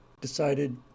decided